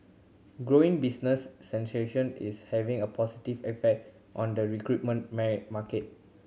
growing business is having a positive effect on the recruitment marry market